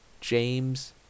James